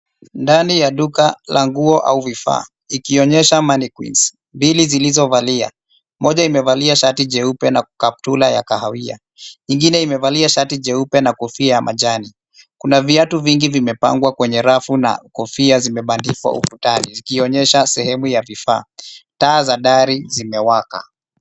Ndani ya duka la nguo au vifaa ikionyesha mannequins mbili zilizovalia. Moja imevalia shati jeupe na kaptula ya kahawia. Ingine imevalia shati jeupe na kofia ya majani. Kuna viatu vingi vimepangwa kwenye rafu na kofia zimebandikwa ukutani zikionyesha sehemu ya vifaa. Taa za dari zimewaka.